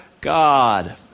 God